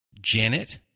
Janet